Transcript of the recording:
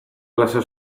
klase